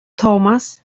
thomas